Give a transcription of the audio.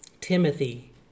Timothy